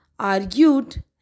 Argued